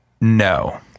No